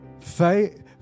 Faith